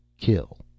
kill